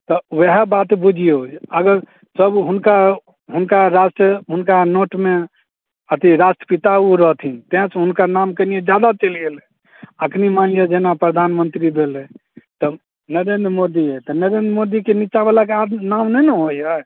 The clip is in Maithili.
तऽ ओहए बात बुझिऔ अगर सब हुनका हुनका राष्ट्र हुनका नोटमे अथी राष्ट्रपिता ओ रहथिन ताहि से हुनका नाम कनिएँ जादा चलि गेलै एखनि मानि लिअ जेना प्रधानमन्त्री बनलै नरेन्द्र मोदी हइ तऽ नरेन्द्र मोदीके निचाबलाके नाओ नहि ने होय हइ